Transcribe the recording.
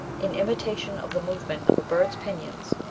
in imitation of the movement of a bird's pinions,